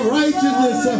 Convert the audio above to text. righteousness